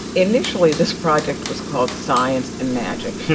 initially, this project was called science and magic.